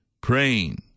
praying